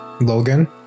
Logan